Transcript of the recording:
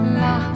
la